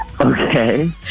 Okay